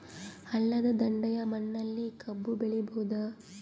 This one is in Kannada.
ಹಳ್ಳದ ದಂಡೆಯ ಮಣ್ಣಲ್ಲಿ ಕಬ್ಬು ಬೆಳಿಬೋದ?